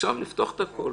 אז עכשיו לפתוח את הכל,